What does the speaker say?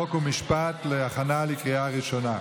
חוק ומשפט להכנה לקריאה ראשונה.